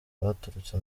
baturutse